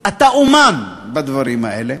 אתה אמן בדברים האלה.